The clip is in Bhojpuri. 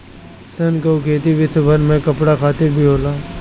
सन कअ खेती विश्वभर में कपड़ा खातिर भी होला